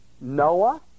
Noah